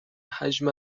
حجم